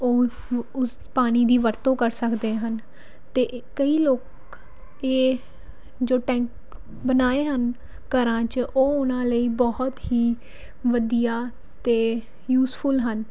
ਉਹ ਉਸ ਪਾਣੀ ਦੀ ਵਰਤੋਂ ਕਰ ਸਕਦੇ ਹਨ ਅਤੇ ਕਈ ਲੋਕ ਇਹ ਜੋ ਟੈਂਕ ਬਣਾਏ ਹਨ ਘਰਾਂ 'ਚ ਉਹ ਉਹਨਾਂ ਲਈ ਬਹੁਤ ਹੀ ਵਧੀਆ ਅਤੇ ਯੂਜਫੁੱਲ ਹਨ